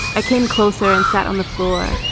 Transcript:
i came closer and sat on the floor,